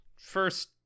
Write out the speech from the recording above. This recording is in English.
first